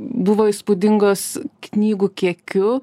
buvo įspūdingos knygų kiekiu